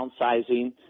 downsizing